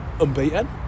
unbeaten